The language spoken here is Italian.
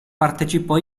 partecipò